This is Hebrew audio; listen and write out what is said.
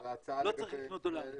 לא צריך לקנות דולרים.